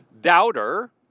doubter